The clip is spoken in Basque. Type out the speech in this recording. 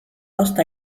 ozta